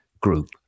group